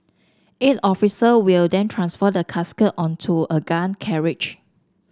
eight officer will then transfer the casket onto a gun carriage